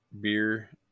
beer